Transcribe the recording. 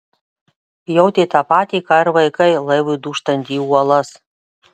jautė tą patį ką ir vaikai laivui dūžtant į uolas